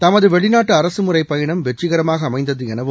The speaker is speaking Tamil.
தமது வெளிநாட்டு அரசுமுறைப்பயணம் வெற்றிகரமாக அமைந்தது எனவும்